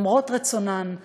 למרות רצונן,